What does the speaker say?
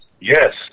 Yes